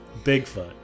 Bigfoot